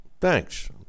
Thanks